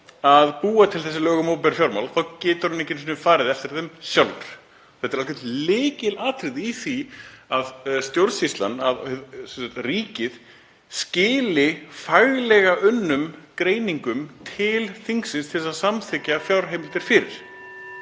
að búa til þessi lög um opinber fjármál, þá getur hann ekki einu sinni farið eftir þeim sjálfur. Þetta er algjört lykilatriði í því að stjórnsýslan, sem sagt ríkið, skili faglega unnum greiningum til þingsins til þess að samþykkja fjárheimildir fyrir.